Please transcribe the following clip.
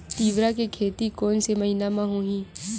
तीवरा के खेती कोन से महिना म होही?